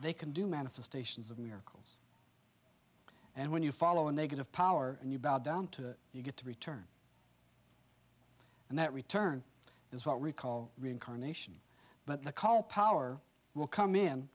they can do manifestations of miracles and when you follow a negative power and you bow down to you get to return and that return is what we call reincarnation but the call power will come in